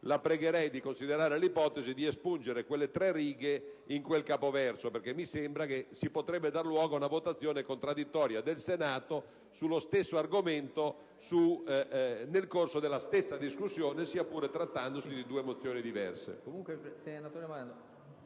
la pregherei di considerare l'ipotesi di espungere quelle tre righe in quel capoverso, perché mi sembra che si potrebbe dar luogo ad una votazione contraddittoria del Senato sullo stesso argomento nel corso della stessa discussione, sia pure trattandosi di due strumenti diversi.